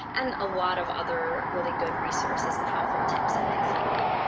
and a lot of other really good resources and helpful tips and things like that.